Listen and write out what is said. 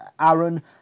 Aaron